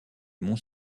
mont